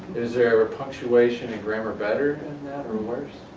is there punctuation and grammar better or worse,